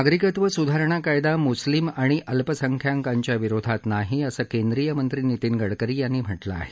नागरिकत्व स्धारणा कायदा म्स्लिम आणि अल्पसंख्याकांच्या विरोधात नाही असं केंद्रीय मंत्री नितीन गडकरी यांनी म्हटलं आहे